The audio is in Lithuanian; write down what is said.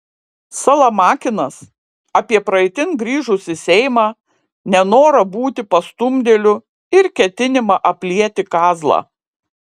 salamakinas apie praeitin grįžusį seimą nenorą būti pastumdėliu ir ketinimą aplieti kazlą